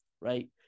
right